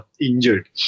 injured